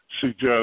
suggest